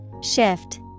Shift